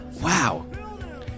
Wow